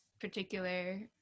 particular